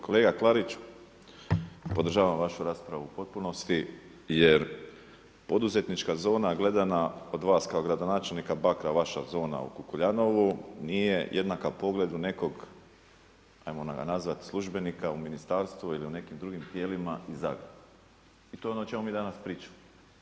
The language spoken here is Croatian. Kolega Klarić, podražavam vašu raspravu u potpunosti jer poduzetnička zona gledana od vas kao gradonačelnika Bakra, vaša zona u Kukuljanovu nije jednaka pogledu nekog ajmo ga nazvati službenika u ministarstvu ili u nekim drugim tijelima … i to je ono o čemu mi danas pričamo.